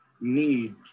need